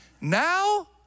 Now